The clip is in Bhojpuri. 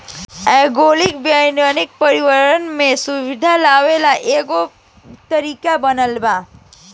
एनालॉग वानिकी पर्यावरण में सुधार लेआवे ला एगो तरीका बनल बा